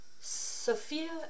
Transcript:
Sophia